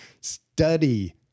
study